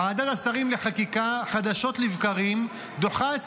ועדת השרים לחקיקה דוחה חדשות לבקרים הצעות